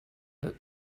but